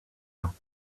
huns